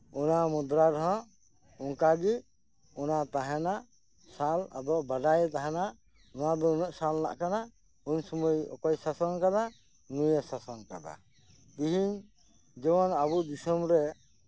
ᱚᱱᱟ ᱢᱩᱫᱽᱨᱟ ᱨᱮᱦᱚᱸ ᱚᱱᱠᱟᱜᱮ ᱚᱱᱟ ᱛᱟᱦᱮᱱᱟ ᱥᱟᱞ ᱟᱫᱚ ᱵᱟᱰᱟᱭ ᱛᱟᱦᱮᱱᱟ ᱱᱚᱣᱟᱫᱚ ᱱᱩᱱᱟᱹᱜ ᱥᱟᱞᱨᱮᱭᱟᱜ ᱠᱟᱱᱟ ᱩᱱᱥᱩᱢᱟᱹᱭ ᱚᱠᱚᱭ ᱥᱟᱥᱚᱱ ᱟᱠᱟᱫᱟ ᱱᱩᱭᱮ ᱥᱟᱥᱚᱱ ᱟᱠᱟᱫᱟ ᱛᱮᱦᱮᱧ ᱡᱮᱢᱚᱱ ᱟᱵᱩ ᱫᱤᱥᱟᱹᱢ ᱨᱮ